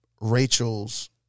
Rachel's